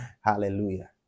Hallelujah